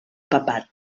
papat